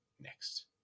next